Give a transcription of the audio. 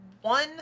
one